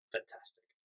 Fantastic